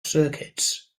circuits